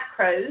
macros